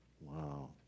Wow